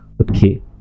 Okay